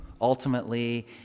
ultimately